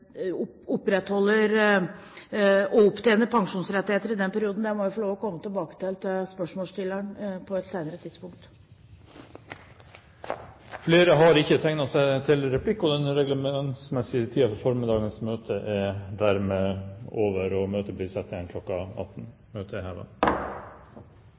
den perioden. Der må jeg få lov til å komme tilbake til spørsmålsstilleren på et senere tidspunkt. Replikkordskiftet er dermed omme. Den reglementsmessige tiden for formiddagens møte er dermed over. Møtet blir satt igjen kl. 18.